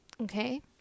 Okay